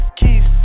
keys